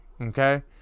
Okay